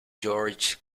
georges